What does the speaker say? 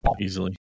easily